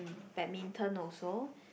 Badminton also